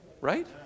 Right